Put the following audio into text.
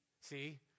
see